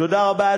תודה רבה.